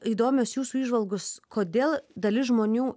įdomios jūsų įžvalgos kodėl dalis žmonių